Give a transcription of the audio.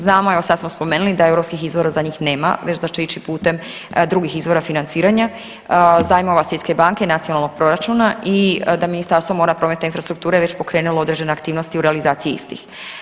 Znamo, evo, sad smo spomenuli, da europskih izvora za njih nema već da će ići putem drugih izvora financiranja, zajmova Svjetske banke, nacionalnog proračuna i da Ministarstvo mora, prometa i infrastrukture već pokrenulo određene aktivnosti u realizaciji istih.